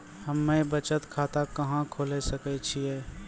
हम्मे बचत खाता कहां खोले सकै छियै?